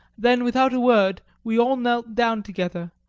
then without a word we all knelt down together,